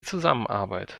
zusammenarbeit